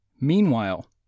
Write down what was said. Meanwhile